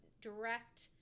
direct